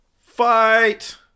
fight